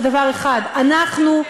בדבר אחד: אנחנו,